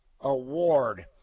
Award